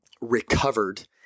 Recovered